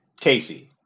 Casey